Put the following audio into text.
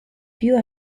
più